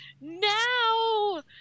now